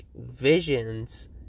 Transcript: visions